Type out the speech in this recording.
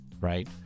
right